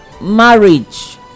marriage